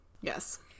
Yes